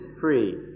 free